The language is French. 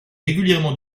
régulièrement